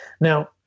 Now